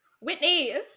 Whitney